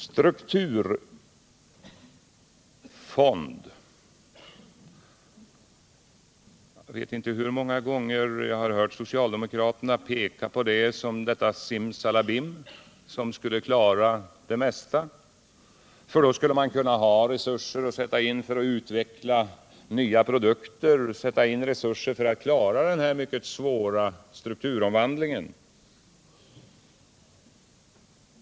Jag vet inte hur många gånger jag har hört socialdemokrater peka på en strukturfond som det som simsalabim skulle klara det mesta. Därigenom skulle vi få resurser för att utveckla nya produkter och för att klara den mycket svåra strukturomvandlingen.